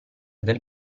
del